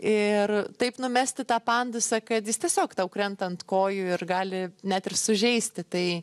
ir taip numesti tą pandusą kad jis tiesiog tau krenta ant kojų ir gali net ir sužeisti tai